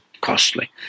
costly